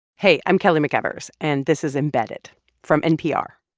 hey. i'm kelly mcevers. and this is embedded from npr.